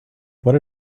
what